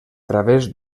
través